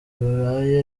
bibaye